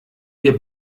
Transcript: ihr